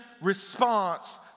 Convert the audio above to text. response